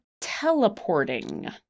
teleporting